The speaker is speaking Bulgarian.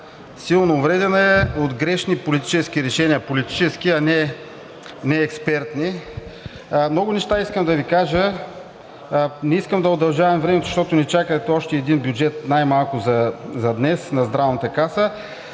силно увредена е от грешни политически решения – политически, а не експертни. Много неща искам да Ви кажа. Не искам да удължавам времето, защото ни чака още един бюджет най-малко за днес – на Здравната каса,